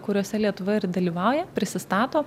kuriose lietuva ir dalyvauja prisistato